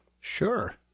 Sure